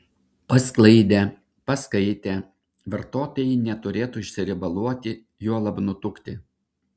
pasklaidę paskaitę vartotojai neturėtų išsiriebaluoti juolab nutukti